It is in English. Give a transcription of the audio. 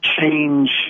change